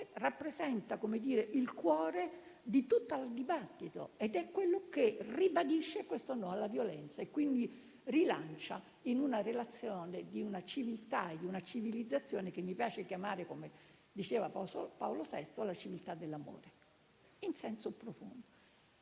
rappresenta il cuore di tutto il dibattito, ribadisce questo rifiuto della violenza e quindi rilancia l'idea di una civiltà e di una civilizzazione che mi piace chiamare, come faceva Paolo VI, la civiltà dell'amore in senso profondo.